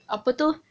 apa tu